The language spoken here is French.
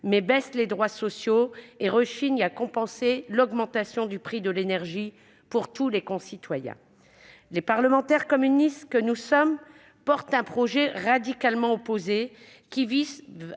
il réduit les droits sociaux et rechigne à compenser l'augmentation du prix de l'énergie pour tous nos concitoyens. Nous, parlementaires communistes, défendons un projet radicalement opposé, qui vise à